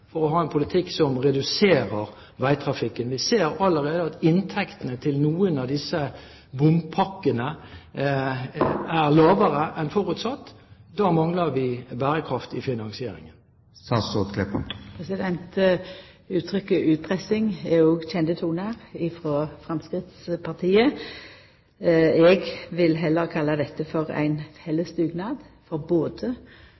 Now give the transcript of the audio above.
for å ha en politikk som reduserer veitrafikken. Vi ser allerede at inntektene til noen av disse bompakkene er lavere enn forutsatt. Da mangler vi bærekraftig finansiering. Uttrykket «utpressing» er òg kjende tonar frå Framstegspartiet. Eg vil heller kalla dette for